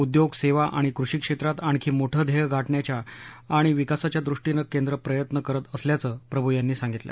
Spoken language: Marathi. उद्योग सेवा आणि कृषी क्षेत्रात आणखी मोठं ध्येयं गाठण्याच्या आणि विकासाच्या दृष्टीनं केंद्र प्रयत्न करत असल्याचं प्रभू यांनी सांगितलं